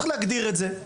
צריך להגדיר את זה.